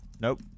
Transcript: Nope